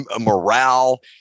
morale